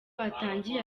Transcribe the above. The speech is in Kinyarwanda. atangiye